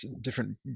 different